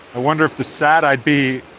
i wonder if the sad i'd be.